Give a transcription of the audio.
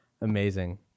Amazing